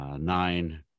nine